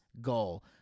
goal